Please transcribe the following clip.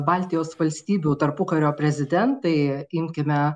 baltijos valstybių tarpukario prezidentai imkime